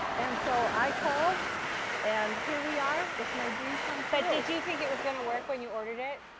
and so i called and here we are. it's my dream come true. did you think it was going to work when you ordered it?